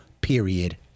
period